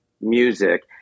music